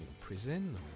prison